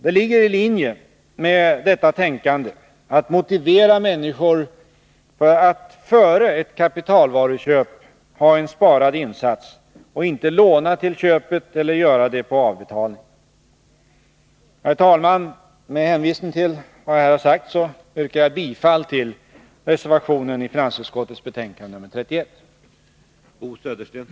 Det ligger i linje med detta tänkande att motivera människor att före ett kapitalvaruköp ha en sparad insats och inte låna till köpet eller göra det på avbetalning. Herr talman! Med hänvisning till det anförda yrkar jag bifall till reservationen i finansutskottets betänkande nr 31.